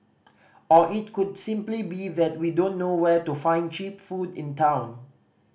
or it could simply be that we don't know where to find cheap food in town